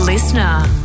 Listener